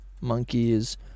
monkeys